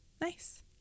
nice